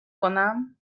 کنم